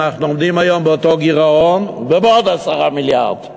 אנחנו עומדים היום באותו גירעון ובעוד 10 מיליארד.